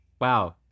Wow